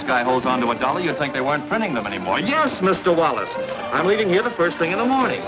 guy holds onto a dollar you think they want funding them any more yes mr wallace i'm leaving here the first thing in the morning